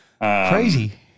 crazy